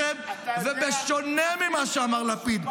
לכן ובשונה ממה שאמר לפיד,